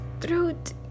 throat